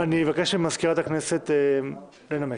אבקש ממזכירת הכנסת לנמק.